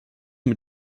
mit